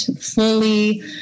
fully